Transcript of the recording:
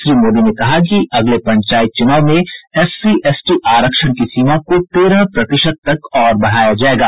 श्री मोदी ने कहा कि अगले पंचायत चुनाव में एससी एसटी आरक्षण की सीमा को तेरह प्रतिशत तक और बढ़ाया जायेगा